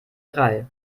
drei